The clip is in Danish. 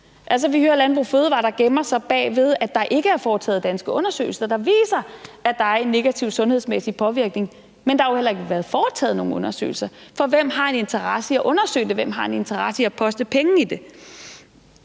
Vi hører Landbrug & Fødevarer, der gemmer sig bag ved, at der ikke er foretaget danske undersøgelser, der viser, at der er en negativ sundhedsmæssig påvirkning, men der har jo heller ikke været foretaget nogen undersøgelser, for hvem har en interesse i at undersøge det, hvem har en interesse i at poste penge i det?